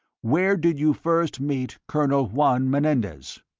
where did you first meet colonel juan menendez?